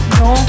no